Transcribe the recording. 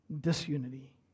Disunity